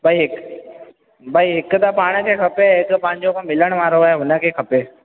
भई हिकु भई हिकु त पाण खे खपे हिकु पंहिंजो को मिलणु वारो आहे हुनखे खपे